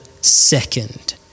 second